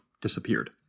disappeared